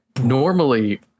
normally